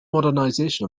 modernisation